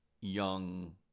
young